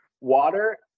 water